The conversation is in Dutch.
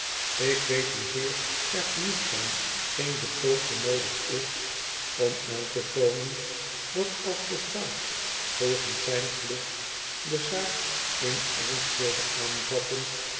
ik weet hoezeer er genoegzaam geen betoog voor noodig is om aan to toonen dat als de staat volgens zijn plicht de zaak in ernst wilde aanvatten